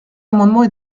amendements